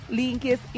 links